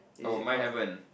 oh mine haven't